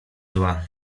zła